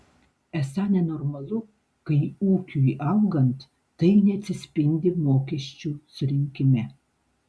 esą nenormalu kai ūkiui augant tai neatsispindi mokesčių surinkime